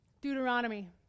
Deuteronomy